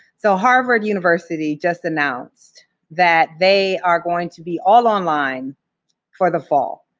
so harvard university just announced that they are going to be all online for the fall,